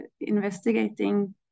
investigating